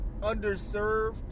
underserved